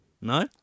No